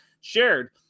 shared